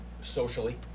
socially